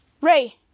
Ray